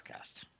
podcast